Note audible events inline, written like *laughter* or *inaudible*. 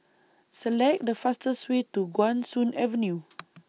Select The fastest Way to Guan Soon Avenue *noise*